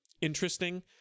interesting